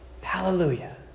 Hallelujah